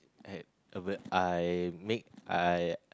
I I will I make I